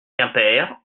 quimper